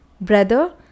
Brother